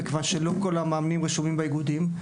מכיוון שלא כל המאמנים רשומים באיגודים.